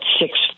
six